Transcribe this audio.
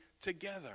together